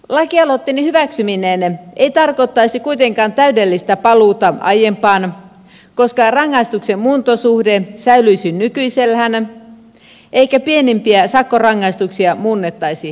lakialoitteeni hyväksyminen ei tarkoittaisi kuitenkaan täydellistä paluuta aiempaan koska rangaistuksen muuntosuhde säilyisi nykyisellään eikä pienimpiä sakkorangaistuksia muunnettaisi vankeudeksi